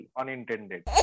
unintended